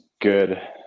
good